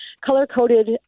color-coded